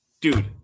Dude